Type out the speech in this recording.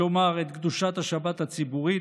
כלומר את קדושת השבת הציבורית,